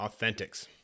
Authentics